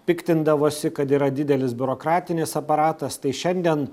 piktindavosi kad yra didelis biurokratinis aparatas tai šiandien